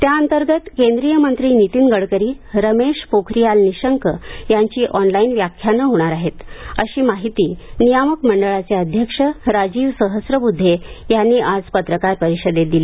त्याअंतर्गत केंद्रीय मंत्री नीतीन गडकरी रमेश पोखरियाल निशंक यांची ऑनलाईन व्याख्यानं होणार आहेत अशी माहिती नियामक मंडळाचे अध्यक्ष राजीव सहस्रबुद्धे यांनी आज पत्रकार परिषदेत दिली